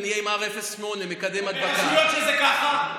ונהיה עם מקדם הדבקה R0.8. ברשויות שזה ככה?